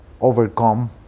overcome